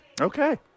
Okay